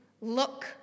look